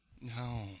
no